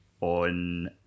on